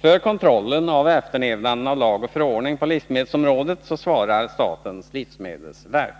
För kontrollen av efterlevnaden av lag och förordning på livsmedelsområdet svarar statens livsmedelsverk.